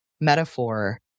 metaphor